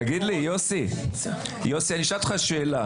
תגיד לי יוסי, אני אשאל אותך שאלה.